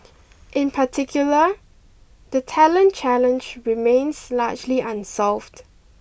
in particular the talent challenge remains largely unsolved